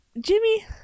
Jimmy